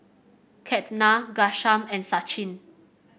Ketna Ghanshyam and Sachin